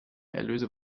erlöse